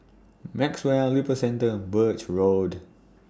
Maxwell Lippo Centre Birch Road